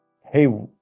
hey